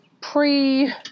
pre